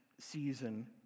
season